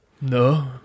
No